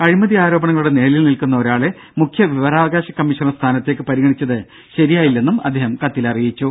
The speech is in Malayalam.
അഴിമതിയാരോപണങ്ങളുടെ നിഴലിൽ നിൽക്കുന്ന ഒരാളെ മുഖ്യവിവരാവാകാശ കമ്മീഷണർ സ്ഥാനത്തേക്ക് പരിഗണിച്ചത് ശരിയായില്ലന്ന് അദ്ദേഹം കത്തിൽ അറിയിച്ചു